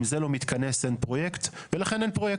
אם זה לא מתכנס, אין פרויקט ולכן אין פרויקט.